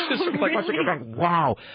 Wow